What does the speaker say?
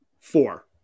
Four